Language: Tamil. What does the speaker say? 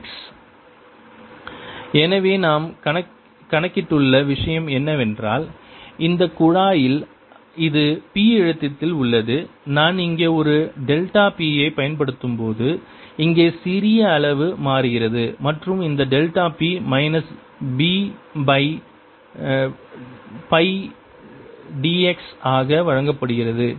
Change in volumeAyxx AyxA∂y∂xx p∂P∂VVV∂P∂VVV B∂y∂x எனவே நாம் கணக்கிட்டுள்ள விஷயம் என்னவென்றால் இந்த குழாயில் இது p அழுத்தத்தில் உள்ளது நான் இங்கே ஒரு டெல்டா p ஐப் பயன்படுத்தும்போது இங்கே சிறிய அளவு மாறுகிறது மற்றும் இந்த delta p minus B dy by dx ஆக வழங்கப்படுகிறது